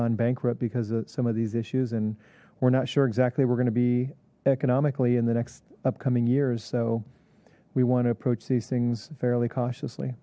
gone bankrupt because of some of these issues and we're not sure exactly we're going to be economically in the next upcoming years so we want to approach these things fairly cautiously